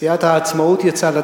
סיעת העצמאות יצאה לדרך,